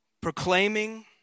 proclaiming